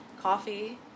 coffee